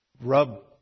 rub